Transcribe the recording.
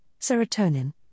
serotonin